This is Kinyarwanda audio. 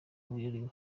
uriwe